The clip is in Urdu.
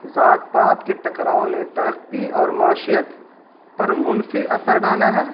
ذات پات کے ٹکراؤں نے ترقی اور معاشیت پر منفی اثر ڈالا ہے